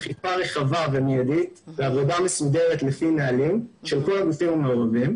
אכיפה רחבה ומיידית ועבודה מסודרת לפי נהלים של כל הגופים המעורבים,